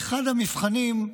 באחד המבחנים,